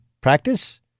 practice